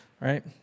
Right